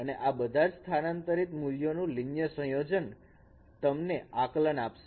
અને આ બધા જ સ્થાનાંતરિત મૂલ્યોનું લિનિયર સંયોજન તમને આકલન આપશે